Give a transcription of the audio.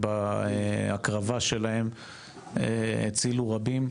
ובהקרבה שלהם הצילו רבים,